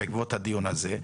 בעקבות הדיון הזה,